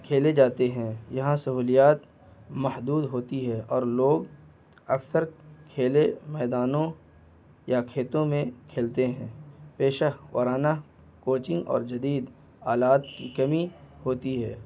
کھیلے جاتے ہیں یہاں سہولیات محدود ہوتی ہے اور لوگ اکثر کھیلے میدانوں یا کھیتوں میں کھیلتے ہیں پیشہ وارانہ کوچنگ اور جدید آلات کی کمی ہوتی ہے